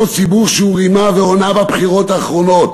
אותו ציבור שהוא הונה ורימה בבחירות האחרונות,